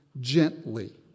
gently